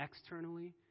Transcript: externally